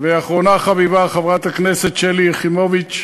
ואחרונה חביבה, חברת הכנסת שלי יחימוביץ,